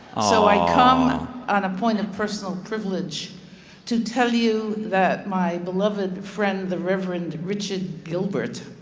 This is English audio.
so i come on a point of personal privilege to tell you that my beloved friend, the reverend richard gilbert,